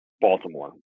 Baltimore